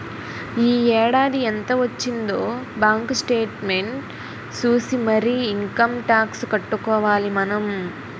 ఈ ఏడాది ఎంత వొచ్చిందే బాంకు సేట్మెంట్ సూసి మరీ ఇంకమ్ టాక్సు కట్టుకోవాలి మనం